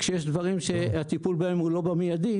כשיש דברים שהטיפול בהם הוא לא מיידי,